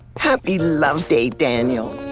happy love day, daniel.